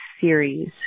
series